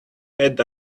had